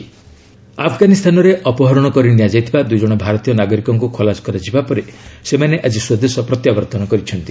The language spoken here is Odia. ଇଣ୍ଡିଆନ୍ନ ରିଲିଜ୍ଡ୍ ଆଫ୍ଗାନିସ୍ତାନରେ ଅପହରଣ କରି ନିଆଯାଇଥିବା ଦୁଇ ଜଣ ଭାରତୀୟ ନାଗରିକଙ୍କୁ ଖଲାସ କରାଯିବା ପରେ ସେମାନେ ଆଜି ସ୍ପଦେଶ ପ୍ରତ୍ୟାବର୍ତ୍ତନ କରିଛନ୍ତି